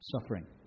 suffering